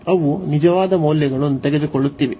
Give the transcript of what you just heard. ಅವು ನಿಜವಾದ ಮೌಲ್ಯಗಳನ್ನು ತೆಗೆದುಕೊಳ್ಳುತ್ತಿವೆ